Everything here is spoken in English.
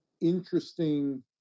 interesting